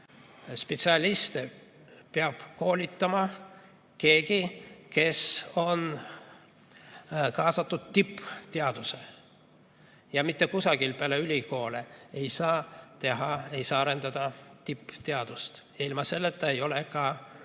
Spetsialiste peab koolitama keegi, kes on kaasatud tippteadusse, ja mitte kusagil peale ülikoolide ei saa teha, ei saa arendada tippteadust, ilma selleta ei ole ka sellist